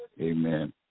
Amen